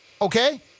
Okay